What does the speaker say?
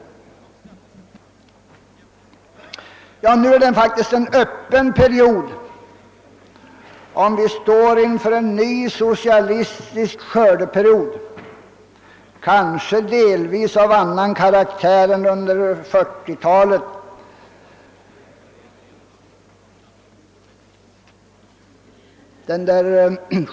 Nu är det faktiskt en öppen fråga, om vi står inför en socialistisk skördeperiod, kanske delvis av annan karaktär än under 1940-talet.